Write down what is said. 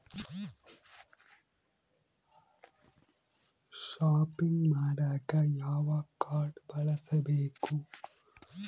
Shopping ಮಾಡಾಕ ಯಾವ card ಬಳಸಬೇಕು?